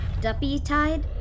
duppy-tide